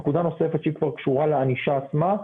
נקודה נוספת שכבר קשורה לענישה עצמה.